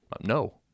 No